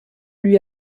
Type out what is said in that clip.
lui